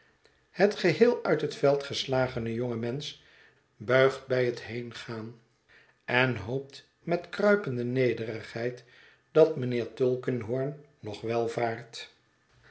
het geheel uit het veld geslagene jonge mensch buigt bij het heengaan en hoopt met kruipende nederigheid dat mijnheer tulkinghorn nog wel vaart